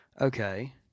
Okay